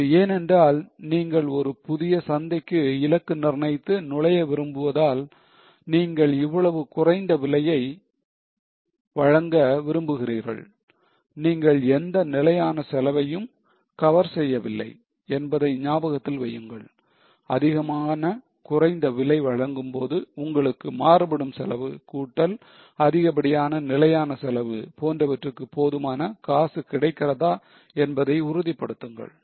இது ஏனென்றால் நீங்கள் ஒரு புதிய சந்தைக்கு இலக்கு நிர்ணயித்து நுழைய விரும்புவதால் நீங்கள் இவ்வளவு குறைந்த விலையை வழங்க விரும்புகிறீர்கள் நீங்கள் எந்த நிலையான செலவையும் cover செய்யவில்லை என்பதை ஞாபகத்தில் வையுங்கள் அதிகமான குறைந்தவிலை வழங்கும்போது உங்களுக்கு மாறுபடும் செலவு கூட்டல் அதிகப்படியான நிலையான செலவு போன்றவற்றுக்கு போதுமான காசு கிடைக்கிறதா என்பதை உறுதிப்படுத்துங்கள்